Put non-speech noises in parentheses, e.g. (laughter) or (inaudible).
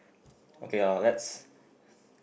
(breath) okay uh let's (breath)